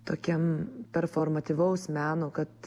tokiam performatyvaus meno kad